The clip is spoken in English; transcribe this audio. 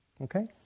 Okay